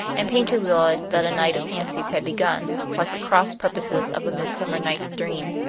and paynter realized that a night of fancies had begun, like the cross purposes of the midsummer night's dream.